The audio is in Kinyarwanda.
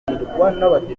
nawe